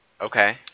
Okay